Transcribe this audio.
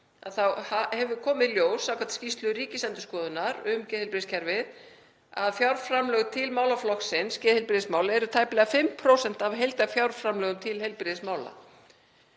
þá hefur komið í ljós, samkvæmt skýrslu Ríkisendurskoðunar um geðheilbrigðiskerfið, að fjárframlög til málaflokksins geðheilbrigðismál eru tæplega 5% af heildarfjárframlögum til heilbrigðismála.